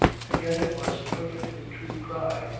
and yet it was a perfectly true cry,